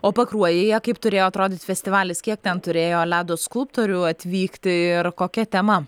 o pakruojyje kaip turėjo atrodyti festivalis kiek ten turėjo ledo skulptorių atvykti ir kokia tema